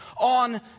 on